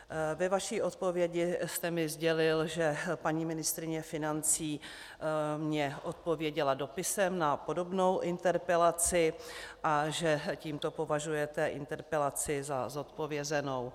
Ve své odpovědi jste mi sdělil, že paní ministryně financí mně odpověděla dopisem na podobnou interpelaci a že tímto považujete interpelaci za zodpovězenou.